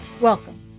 Welcome